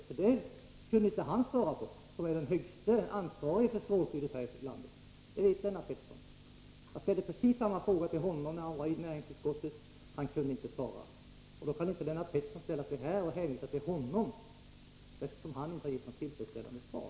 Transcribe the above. Det kunde inte strålskyddsinspektionens chef svara på, och han är den främst ansvarige för strålskyddet här i landet. Jag ställde precis samma fråga till honom när han var i näringsutskottet. Han kunde inte svara, och då kan inte Lennart Pettersson hänvisa till honom — han kunde ju inte ge något tillfredsställande svar.